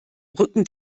rücken